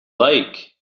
like